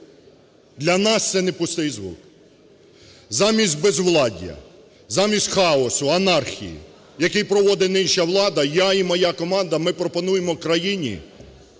для нас це не пустий звук. Замість безвладдя, замість хаосу, анархії, які проводить нинішня влада, я і моя команда, ми пропонуємо країні